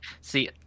see